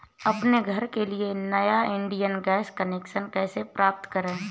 अपने घर के लिए नया इंडियन गैस कनेक्शन कैसे प्राप्त करें?